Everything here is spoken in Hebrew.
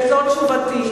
וזאת תשובתי.